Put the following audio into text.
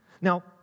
Now